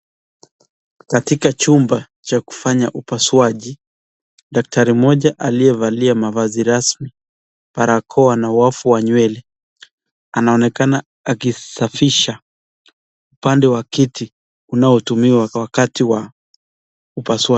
Katika chumba cha kufanya upasuji daktari aliyevalia mafasi rasmi , barakoa na wavu wa nywele anaonekana akisafisha upande wa kiti unaotumiwa wakati wa upasuaji.